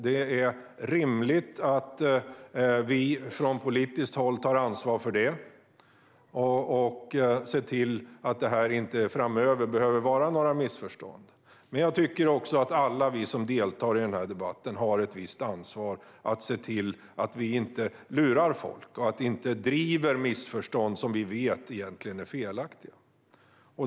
Det är rimligt att vi från politiskt håll tar ansvar för det och ser till att det inte behöver vara några missförstånd framöver. Jag tycker också att alla vi som deltar i den här debatten har ett visst ansvar att se till att vi inte lurar folk och inte driver missförstånd som vi vet är felaktiga.